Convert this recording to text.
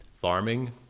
farming